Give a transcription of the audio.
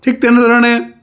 ঠিক তেনেধৰণে